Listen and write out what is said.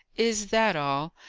is that all?